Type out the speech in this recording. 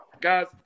guys